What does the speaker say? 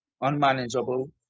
unmanageable